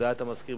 הודעת המזכיר.